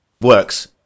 Works